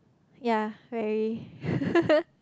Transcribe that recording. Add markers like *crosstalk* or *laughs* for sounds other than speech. yea very *laughs*